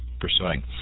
pursuing